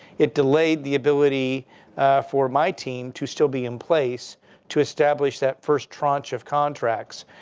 it delayed the ability for my team to still be in place to establish that first tranche of contracts.